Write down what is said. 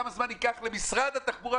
כמה זמן ייקח למשרד התחבורה,